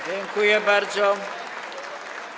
Dziękuję bardzo.